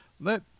Let